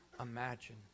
imagine